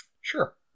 sure